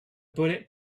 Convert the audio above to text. bullet